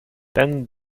then